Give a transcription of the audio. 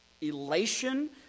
elation